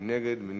מי